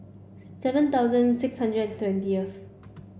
seven thousand six hundred and twentieth